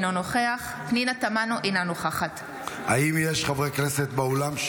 אינו נוכח עאידה תומא סלימאן,